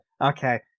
okay